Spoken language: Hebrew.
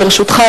לרשותך,